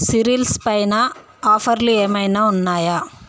cereals పైన ఆఫర్లు ఏమైనా ఉన్నాయా